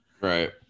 Right